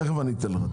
תכף אתן לך,